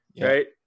right